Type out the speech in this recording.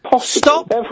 stop